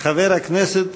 חבר הכנסת